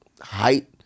height